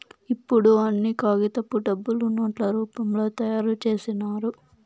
ఇప్పుడు అన్ని కాగితపు డబ్బులు నోట్ల రూపంలో తయారు చేసినారు